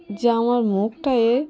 যে আমার মুখটায়